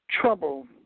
Trouble